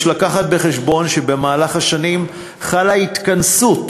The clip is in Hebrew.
יש להביא בחשבון שבמהלך השנים חלה התכנסות,